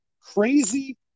crazy